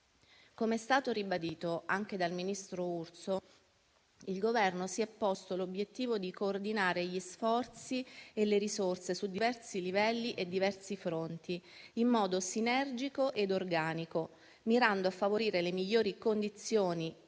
Come è stato ribadito anche dal ministro Urso, il Governo si è posto l'obiettivo di coordinare gli sforzi e le risorse su diversi livelli e diversi fronti in modo sinergico e organico, mirando a favorire le migliori condizioni